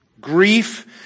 Grief